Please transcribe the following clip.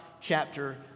chapter